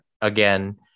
again